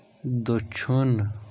دٔچھُن